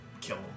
kill